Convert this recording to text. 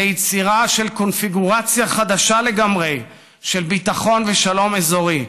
ליצירה של קונפיגורציה חדשה לגמרי של ביטחון ושלום ואזורי.